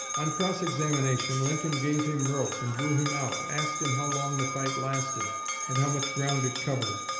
on cross-examination, lincoln gave him rope and drew him out asked him how long the fight lasted and how much ground it covered.